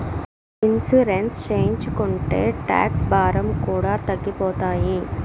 insurance చేయించుకుంటే tax భారం కూడా తగ్గిపోతాయి